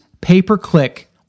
pay-per-click